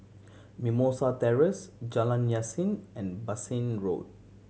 Mimosa Terrace Jalan Yasin and Bassein Road